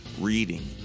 reading